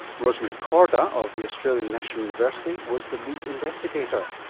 rosemary korda of the australian national university was the lead investigator.